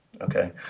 Okay